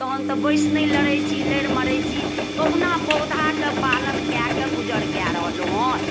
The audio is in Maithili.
तहन तऽ बैस नहि लड़ै छी लड़ि मरै छी कहुना पौधाके पालन कए कऽ गुजरकऽ रहलहुं हन